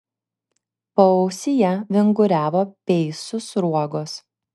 paausyje vinguriavo peisų sruogos